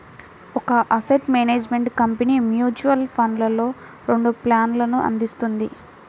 ఒక asset management company mutual ఫండ్స్లో రెండు ప్లాన్లను అందిస్తుంది